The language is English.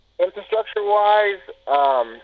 Infrastructure-wise